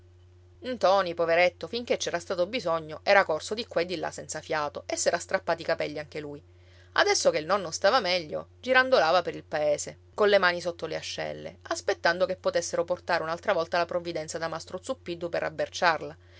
ntoni poveretto finché c'era stato bisogno era corso di qua e di là senza fiato e s'era strappati i capelli anche lui adesso che il nonno stava meglio girandolava pel paese colle mani sotto le ascelle aspettando che potessero portare un'altra volta la provvidenza da mastro zuppiddu per